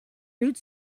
root